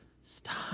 stop